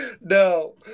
No